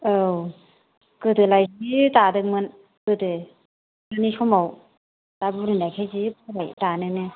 औ गोदोलाय जि दादोंमोन गोदो जोंनि समाव दा बुरिनायखाय जि बाबाय दानोनो